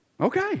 Okay